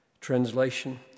translation